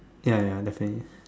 ya ya definitely